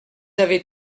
avez